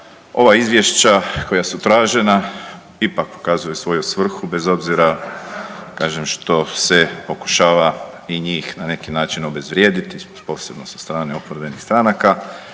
ova izvješća koja su tražena ipak pokazuju svoju svrhu bez obzira, kažem što se pokušava i njih na neki način obezvrijediti, posebno sa strane oporbenih stranaka.